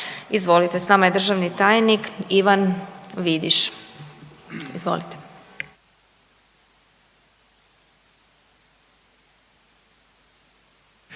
Izvolite, s nama je državni tajnik Ivan Vidiš, izvolite.